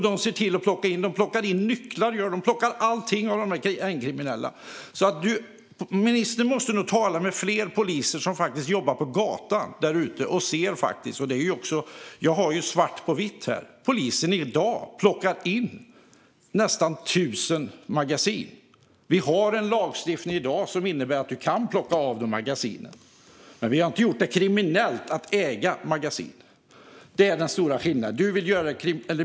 De plockar in nycklar. De plockar allting av de gängkriminella. Ministern måste nog tala med fler poliser som faktiskt jobbar ute på gatan. Jag har det svart på vitt här. Polisen har i dag plockat in nästan 1 000 magasin. Vi har i dag en lagstiftning som innebär att man kan plocka av dessa personer magasinen, men vi har inte gjort det kriminellt att äga magasin. Det är den stora skillnaden.